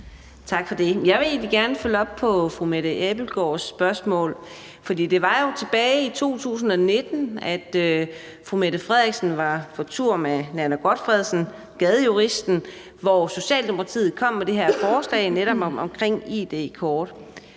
Tak for det. Jeg vil egentlig gerne følge op på fru Mette Abildgaards spørgsmål, for det var jo tilbage i 2019, at fru Mette Frederiksen var på tur med Nanna Gotfredsen, Gadejuristen, hvor Socialdemokratiet kom med det her forslag netop omkring id-kort.